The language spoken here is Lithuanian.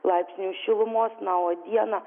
laipsnių šilumos na o dieną